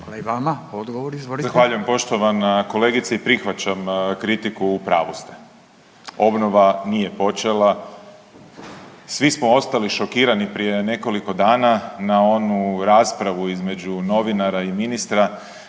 Hvala i vama. Odgovor izvolite. **Grbin, Peđa (SDP)** Zahvaljujem poštovana kolegice i prihvaćam kritiku u pravu ste, obnova nije počela. Svi smo ostali šokirani prije nekoliko dana na onu raspravu između novinara i ministra